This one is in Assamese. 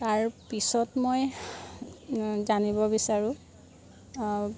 তাৰপিছত মই জানিব বিচাৰোঁ